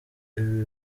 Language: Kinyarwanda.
ibi